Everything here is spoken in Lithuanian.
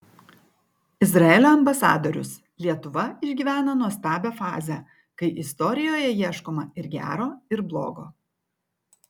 izraelio ambasadorius lietuva išgyvena nuostabią fazę kai istorijoje ieškoma ir gero ir blogo